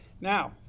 Now